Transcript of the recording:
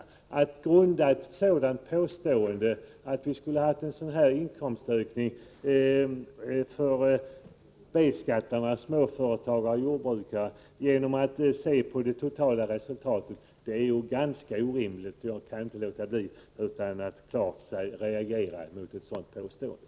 Men det är ganska orimligt att grunda ett påstående om att B-skattare — exempelvis jordbrukare och småföretagare — skulle ha haft en sådan inkomstökning på siffror avseende det totala resultatet. Jag kan inte låta bli att klart reagera mot ett sådant påstående!